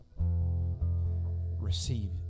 Receive